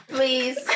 Please